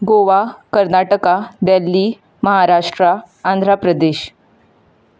Goa Karnataka Delhi Maharashtra Andhra Pradesh